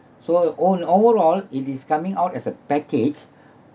so all in overall it is coming out as a package